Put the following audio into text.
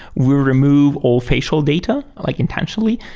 we remove all facial data like intentionally.